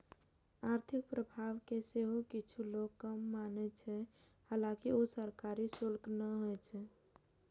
आर्थिक प्रभाव कें सेहो किछु लोक कर माने छै, हालांकि ऊ सरकारी शुल्क नै होइ छै